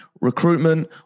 Recruitment